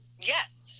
Yes